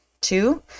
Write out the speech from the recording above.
Two